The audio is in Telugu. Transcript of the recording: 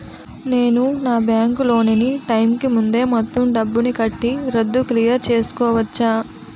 నేను నా బ్యాంక్ లోన్ నీ టైం కీ ముందే మొత్తం డబ్బుని కట్టి రద్దు క్లియర్ చేసుకోవచ్చా?